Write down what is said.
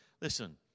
Listen